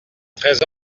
treize